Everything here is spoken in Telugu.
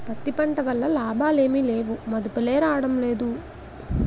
పత్తి పంట వల్ల లాభాలేమి లేవుమదుపులే రాడంలేదు